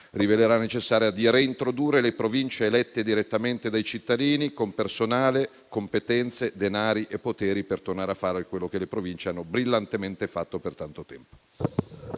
rivelerà necessaria - di reintrodurre le Province elette direttamente dai cittadini, con personale, competenze, denari e poteri per tornare a fare quello che le Province hanno brillantemente fatto per tanto tempo.